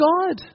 God